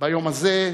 ביום הזה,